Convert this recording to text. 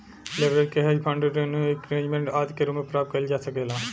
leverage के hedge fund renew increment आदि के रूप में प्राप्त कईल जा सकेला